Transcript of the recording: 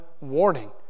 warning